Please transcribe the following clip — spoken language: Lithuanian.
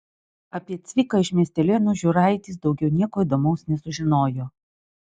apie cviką iš miestelėnų žiūraitis daugiau nieko įdomaus nesužinojo